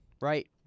right